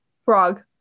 Frog